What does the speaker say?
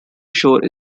shore